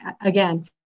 again